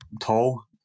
tall